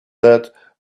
that